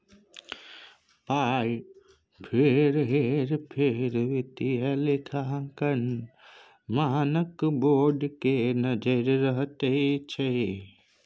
पाय केर हेर फेर पर वित्तीय लेखांकन मानक बोर्ड केर नजैर रहैत छै